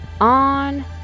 on